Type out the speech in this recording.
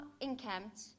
encamped